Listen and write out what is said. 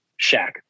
Shaq